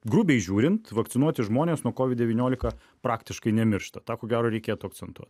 grubiai žiūrint vakcinuoti žmonės nuo kovid devyniolika praktiškai nemiršta tą ko gero reikėtų akcentuot